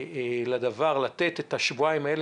לתת את השבועיים האלה.